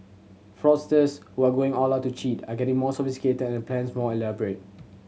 fraudsters who are going all out to cheat are getting more sophisticated and plans more elaborate